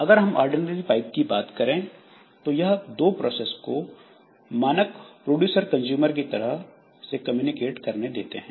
अगर हम ordinary pipe की बात करें तो यह दो प्रोसेस को मानक प्रोड्यूसर कंज्यूमर की तरह से कम्युनिकेट करने देते हैं